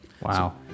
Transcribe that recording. wow